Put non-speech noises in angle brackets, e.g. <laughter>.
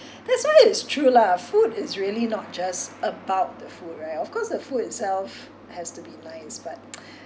that's why it's true lah food is really not just about the food right of course the food itself has to be nice but <noise>